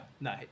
no